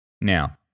Now